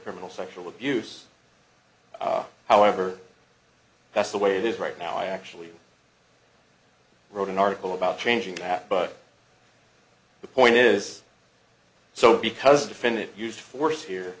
criminal sexual abuse however that's the way it is right now i actually wrote an article about changing that but the point is so because definit used force here